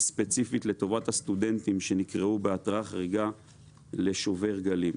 ספציפית לטובת הסטודנטים שנקראו בהתרעה חריגה לשובר גלים.